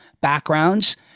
backgrounds